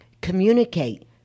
communicate